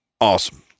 Awesome